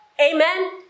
Amen